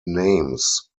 names